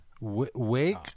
Wake